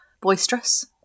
boisterous